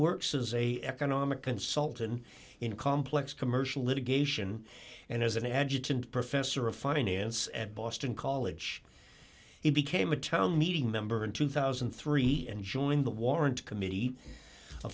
works as a economic consultant in complex commercial litigation and as an adjutant professor of finance at boston college he became a town meeting member in two thousand and three and joined the warrant committee a